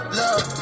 love